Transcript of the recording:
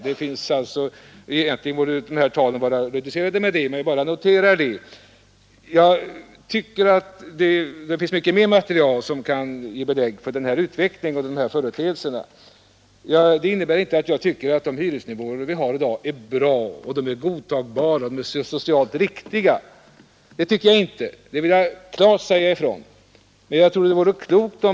De använda talen borde således vara reducerade med den procentuella del som åtta kvadratmeter utgör av lägenhetshyran; jag vill bara notera att det förhåller sig på det ättet. Det finns mycket mer material som kan ge belägg för den här utvecklingen. Att jag har anfört detta innebär inte att jag tycker att de hyresnivåer vi har i dag är bra, godtagbara och socialt riktiga. Jag vill klart säga ifrån att jag inte tycker det.